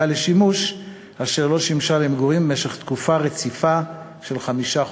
לשימוש לא שימשה למגורים במשך תקופה רציפה של חמישה חודשים.